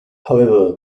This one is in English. however